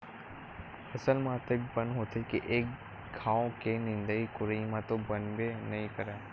फसल म अतेक बन होथे के एक घांव के निंदई कोड़ई म तो बनबे नइ करय